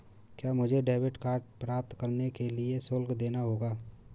क्या मुझे debit card प्राप्त करने के लिए शुल्क देना होगा?